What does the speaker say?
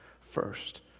first